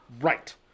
Right